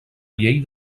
llei